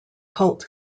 cult